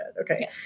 Okay